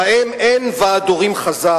שבהם אין ועד הורים חזק,